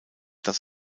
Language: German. das